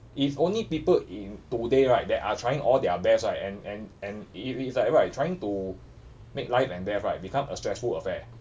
if only people in today right that are trying all their best right and and and if if it's like right trying to make life and death right become a stressful affair